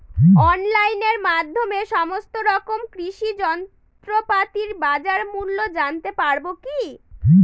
অনলাইনের মাধ্যমে সমস্ত রকম কৃষি যন্ত্রপাতির বাজার মূল্য জানতে পারবো কি?